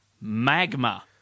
Magma